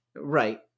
Right